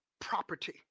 property